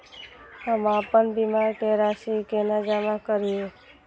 हम आपन बीमा के राशि केना जमा करिए?